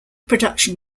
production